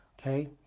Okay